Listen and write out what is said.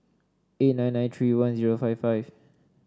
eight nine nine three one zero five five